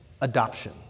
adoption